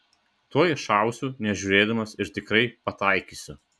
tuoj šausiu nežiūrėdamas ir tikrai pataikysiu